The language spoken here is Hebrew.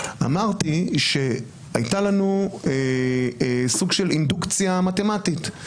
אמרתי שהייתה לנו סוג של אינדוקציה מתמטית,